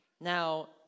Now